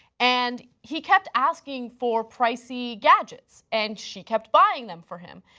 and he kept asking for pricey gadgets, and she kept buying them for him.